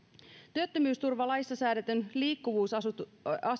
työttömyysturvalaissa säädetyn liikkuvuusavustuksen